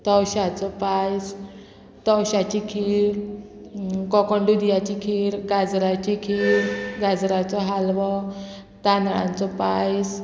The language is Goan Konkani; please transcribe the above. तवशाचो पायस तवश्याची खीर कोकण दुदयाची खीर गाजराची खीर गाजराचो हालवो तांदळांचो पायस